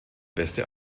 beste